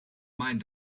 mind